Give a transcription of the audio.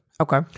Okay